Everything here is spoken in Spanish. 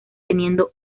teniendo